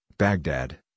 Baghdad